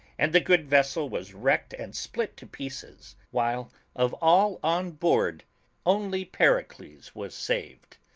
and the good vessel was wrecked and split to pieces, while of all on board only pericles was saved,